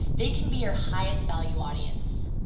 they can be your highest value audience.